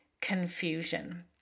confusion